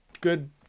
good